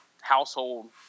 household